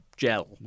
Gel